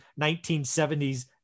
1970s